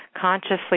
Consciously